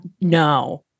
No